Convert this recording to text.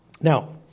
Now